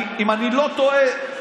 אם אני לא טועה,